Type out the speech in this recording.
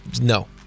no